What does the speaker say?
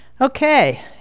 okay